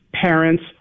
parents